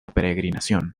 peregrinación